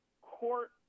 court